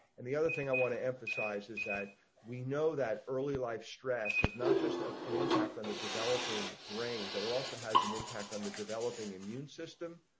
and the other thing i want to emphasize is that we know that early life stress is not just of an impact on the developing brain, but also has an impact on the developing immune system.